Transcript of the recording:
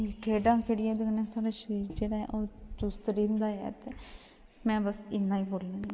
खेढां खेढियै ते कन्नै साढ़ा शरीर जेह्ड़ा ऐ ओह् चुस्त रैंह्दा ऐ ते में बस इ'न्ना गै बोलनी होन्नी